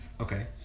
Okay